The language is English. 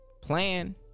plan